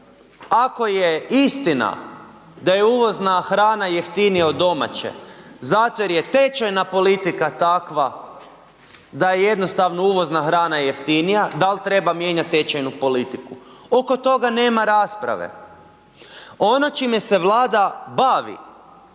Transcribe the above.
ako je istina da je uvozna hrana jeftinija od domaće zato jer je tečajna politika takva da je jednostavno uvozna hrana jeftinija. Da li treba mijenjati tečajnu politiku, oko toga nema rasprave. Ono čime se Vlada bavi